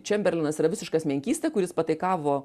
čemberlenas yra visiškas menkysta kuris pataikavo